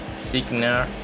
Signal